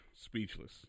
Speechless